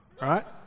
right